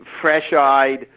Fresh-eyed